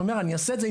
אני אעשה את זה.